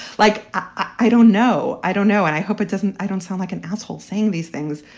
like, i don't know. i don't know. and i hope it doesn't i don't sound like an asshole saying these things,